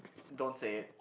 don't say it